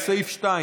לסעיף 2: